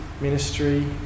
ministry